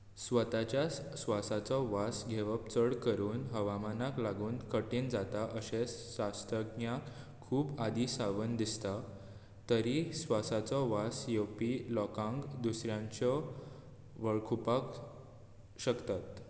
स्वताच्या स्वासाचो वास घेवप चड करून हवामानाक लागून कठीण जाता अशें शास्त्रज्ञांक खूब आदीं सावन दिसता तरीय स्वासाचो वास येवपी लोकांक दुसऱ्यांचो वळखुपाक शकतात